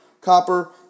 Copper